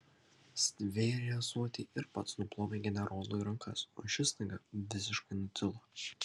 stvėrė ąsotį ir pats nuplovė generolui rankas o šis staiga visiškai nutilo